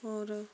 और